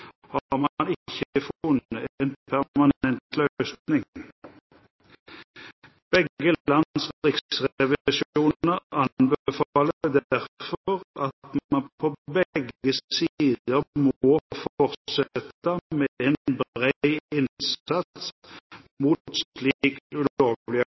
har man ikke funnet en permanent løsning. Begge lands riksrevisjoner anbefaler derfor at man på begge sider må fortsette med en bred innsats